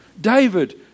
David